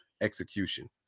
execution